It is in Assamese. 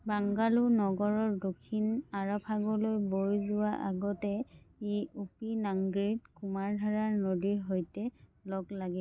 বাংগালোৰ নগৰৰ দক্ষিণে আৰব সাগৰলৈ বৈ যোৱাৰ আগতে ই উপিনাংগাড়িত কুমাৰধাৰা নদীৰ সৈতে লগ লাগে